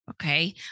okay